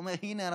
הוא אומר: הינה,